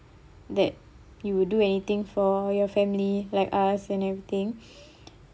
that you will do anything for your family like us and everything